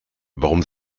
warum